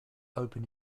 open